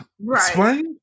right